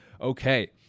Okay